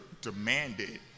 demanded